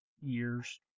years